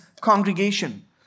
congregation